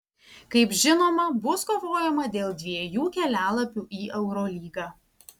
kaip žinoma bus kovojama dėl dviejų kelialapių į eurolygą